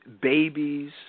Babies